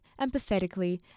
empathetically